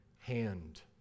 hand